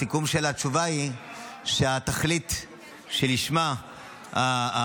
הסיכום של התשובה הוא שהתכלית שלשמה ההצעה,